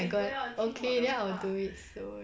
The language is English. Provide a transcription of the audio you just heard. okay then I will do it soon